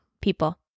people